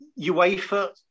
uefa